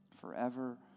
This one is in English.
forever